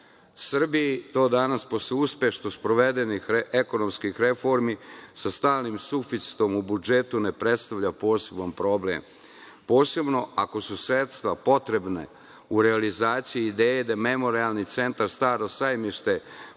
zakona. Srbiji to danas, posle uspešno sprovedenih ekonomskih reformi, sa stalnim suficitom u budžetu, ne predstavlja poseban problem, posebno ako su sredstva potrebna u realizaciji ideje da Memorijalni centar "Staro sajmište"